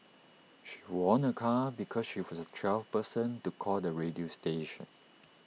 she won A car because she was the twelfth person to call the radio station